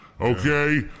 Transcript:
okay